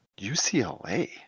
UCLA